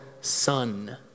son